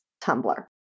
Tumblr